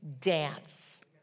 dance